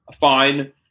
fine